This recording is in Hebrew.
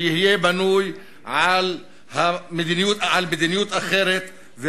שיהיה בנוי על מדיניות אחרת,